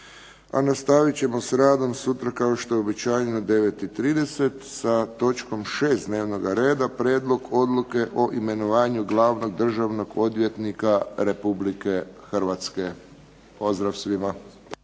A nastavit ćemo s radom sutra kao što je uobičajeno u 9,30 sa točkom 6. dnevnoga reda, Prijedlog odluke o imenovanju Glavnog državnog odvjetnika Republike Hrvatske. Pozdrav svima.